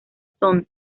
son